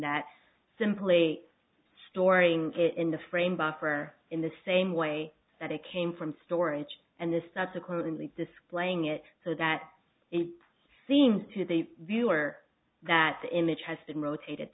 that simply storing it in the frame buffer in the same way that it came from storage and this subsequently displaying it so that it seems to the viewer that the image has been rotate